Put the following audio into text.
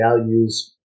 values